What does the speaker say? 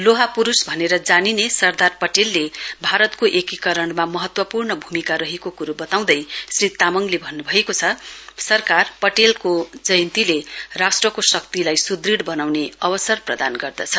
लोहा पुरुष भनेर जानिने सरदार पटेलले भारतको एकीकरणमा महत्वपूर्ण भूमिका रहेको कुरो वताउँदै श्री तामङले भन्नुभएको छ सरदार पटेलको जयन्तीले राष्ट्रको शक्तिलाई सुदृढ वनाउने अवसर प्रदान गर्दछ